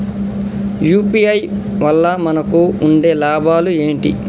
UPI వల్ల మనకు ఉండే లాభాలు ఏంటి?